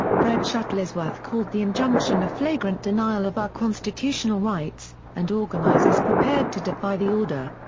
fred shuttlesworth called the injunction a flagrant denial of our constitutional rights and organizers prepared to defy the order.